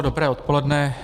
Dobré odpoledne.